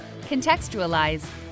contextualize